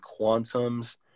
Quantums